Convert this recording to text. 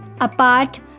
apart